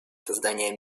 создания